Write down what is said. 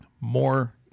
more